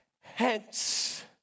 Hence